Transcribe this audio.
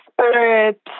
spirit